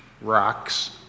rocks